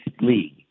league